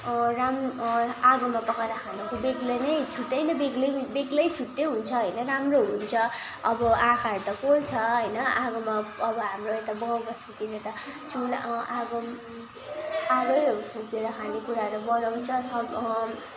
राम् आगोमा पकाएर खानाको बेग्लै नै छुट्टै नै बेग्लै नै बेग्लै छुट्टै हुन्छ होइन राम्रो हुन्छ अब आँखाहरू त पोल्छ होइन आगोमा अब हाम्रो यता गाउँबस्तीतिर त चुल्हा आगो आगोहरू फुकेर खानेकुराहरू बनाउँछ